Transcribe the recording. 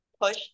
push